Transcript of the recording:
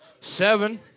Seven